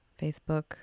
Facebook